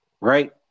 right